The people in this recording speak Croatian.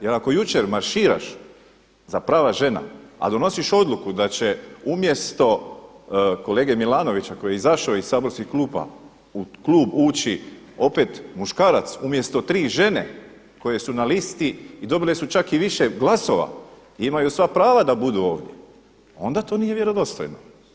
Jer ako jučer marširaš za prava žena, a donosiš odluku da će umjesto kolege Milanovića koji je izašao iz saborskih klupa u klub ući opet muškarac umjesto tri žene koje su na listi i dobile su čak i više glasova i imaju sva prava da budu ovdje, onda to nije vjerodostojno.